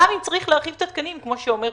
גם אם צריך להרחיב את התקנים, כמו שאומר